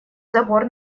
забор